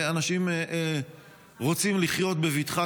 ואנשים רוצים לחיות בבטחה,